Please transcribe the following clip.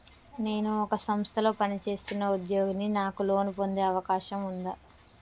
నేను ఒక సంస్థలో పనిచేస్తున్న ఉద్యోగిని నాకు లోను పొందే అవకాశం ఉందా?